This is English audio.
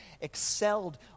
excelled